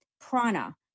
prana